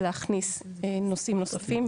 להכניס נושאים נוספים.